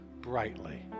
brightly